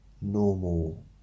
normal